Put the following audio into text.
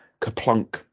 Kaplunk